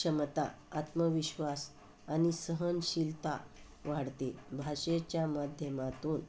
क्षमता आत्मविश्वास आणि सहनशीलता वाढते भाषेच्या माध्यमातून